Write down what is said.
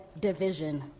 division